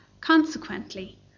Consequently